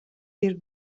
hjir